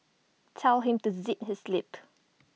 tell him to zip his lip